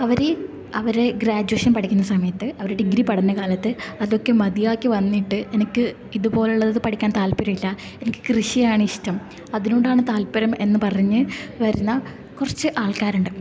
അവർ അവർ ഗ്രാജുവേഷൻ പഠിക്കുന്ന സമയത്ത് അവർ ഡിഗ്രി പഠനകാലത്ത് അതൊക്കെ മതിയാക്കി വന്നിട്ട് എനിക്ക് ഇതുപോലുള്ളത് പഠിക്കാൻ താൽപ്പര്യമില്ല എനിക്ക് കൃഷിയാണിഷ്ടം അതിനോടാണ് താൽപ്പര്യം എന്ന് പറഞ്ഞ് വരുന്ന കുറച്ച് ആൾക്കാരുണ്ട്